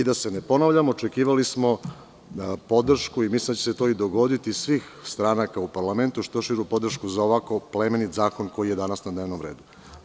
Da se ne ponavljam, očekivali smo podršku, mislim da će se to i dogoditi, od svih stranaka u parlamentu za ovako plemenit zakon koji je danas na dnevnom redu.